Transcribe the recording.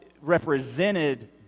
represented